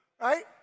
right